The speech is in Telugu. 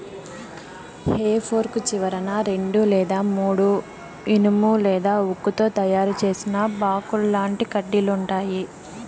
హె ఫోర్క్ చివరన రెండు లేదా మూడు ఇనుము లేదా ఉక్కుతో తయారు చేసిన బాకుల్లాంటి కడ్డీలు ఉంటాయి